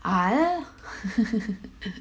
ah there